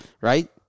Right